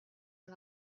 are